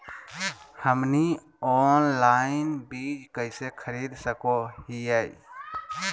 हमनी ऑनलाइन बीज कइसे खरीद सको हीयइ?